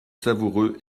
savoureux